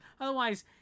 Otherwise